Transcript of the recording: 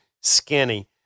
skinny